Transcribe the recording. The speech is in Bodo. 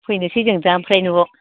फैनोसै जों दा आमफ्राय न'वाव